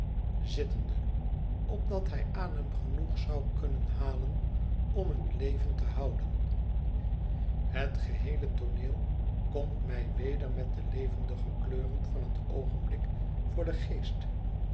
zittende opdat hij adem genoeg zou kunnen halen om het leven te houden het geheele tooneelkomt mij weder metdelevendige kleuren van het oogenblik voor den geest